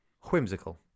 whimsical